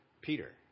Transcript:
Peter